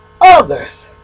others